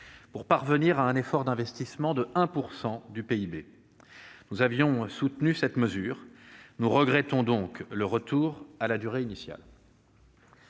pour parvenir à un effort d'investissement de 1 % du PIB. Nous avions soutenu cette mesure et regrettons donc le retour à la durée initiale.